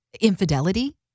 infidelity